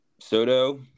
Soto